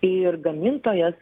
ir gamintojas